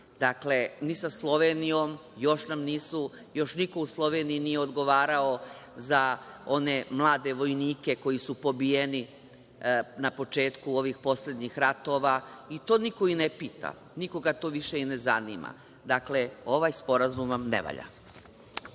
vlasti, ni sa Slovenijom, još niko u Sloveniji nije odgovarao za one mlade vojnike koji su pobijeni na početku ovih poslednjih ratova, i to niko i ne pita, nikoga to više i ne zanima. Dakle, ovaj sporazum vam ne valja. Zakon